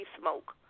smoke